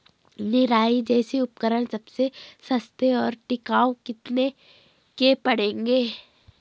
निराई जैसे उपकरण सबसे सस्ते और टिकाऊ कितने के पड़ेंगे?